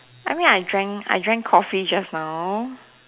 I mean I drank I drank Coffee just now